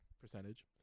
percentage